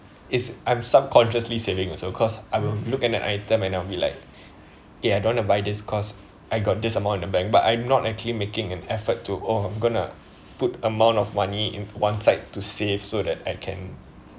it's I'm subconsciously saving also cause I will look at an item and I will be like eh I don't want to buy this cause I got this amount in the bank but I'm not actually making an effort to oh I'm gonna put amount of money in one side to save so that I can